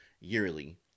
yearly